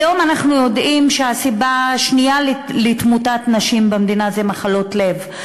כיום אנחנו יודעים שהסיבה השנייה לתמותת נשים במדינה זה מחלות לב.